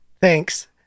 Thanks